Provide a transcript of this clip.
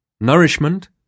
Nourishment